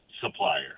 supplier